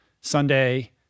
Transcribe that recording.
Sunday